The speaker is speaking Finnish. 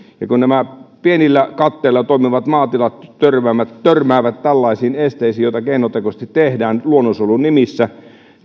ja kun nämä pienillä katteilla toimivat maatilat törmäävät törmäävät tällaisiin esteisiin joita keinotekoisesti tehdään luonnonsuojelun nimissä